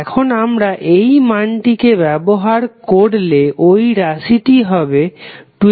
এখন আমরা এই মানটিকে ব্যবহার করলে ওই রাশিটি হবে 12